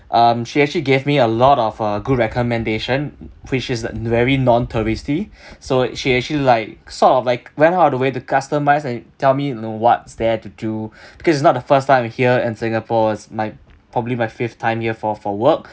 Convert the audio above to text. um she actually gave me a lot of uh good recommendation which is very non touristy so she actually like sort of like went out of the way to customise and tell me you know what's there to do because it's not the first time I'm here in singapore it's my probably my fifth time here for for work